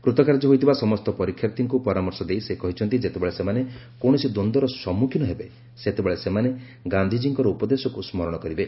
କୃତକାର୍ଯ୍ୟ ହୋଇଥିବା ସମସ୍ତ ପରୀକ୍ଷାର୍ଥୀଙ୍କୁ ପରାମର୍ଶ ଦେଇ ସେ କହିଛନ୍ତି ଯେତେବେଳେ ସେମାନେ କୌଣସି ଦ୍ୱନ୍ଦର ସମ୍ମୁଖୀନ ହେବେ ସେତେବେଳେ ସେମାନେ ଗାନ୍ଧିଜୀଙ୍କର ଉପଦେଶକୁ ସ୍କରଣ କରିବେ